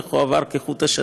איך הוא עבר כחוט השני